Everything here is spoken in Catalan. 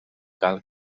cal